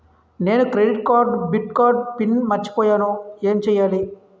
నేను credit card debit card PIN మర్చిపోయేను ఎం చెయ్యాలి?